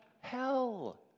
hell